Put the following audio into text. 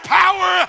power